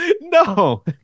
No